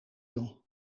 doen